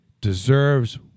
deserves